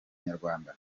nyarwanda